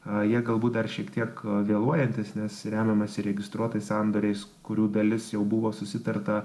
jie galbūt dar šiek tiek vėluojantys nes remiamasi registruotais sandoriais kurių dalis jau buvo susitarta